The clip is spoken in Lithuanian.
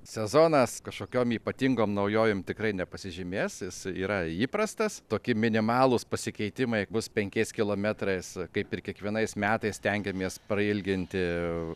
sezonas kažkokiom ypatingom naujovėm tikrai nepasižymės jis yra įprastas toki minimalūs pasikeitimai bus penkiais kilometrais kaip ir kiekvienais metais stengiamės prailginti